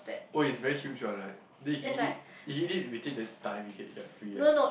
oh it's very huge one right then he eat it he eat it within this time he can get free right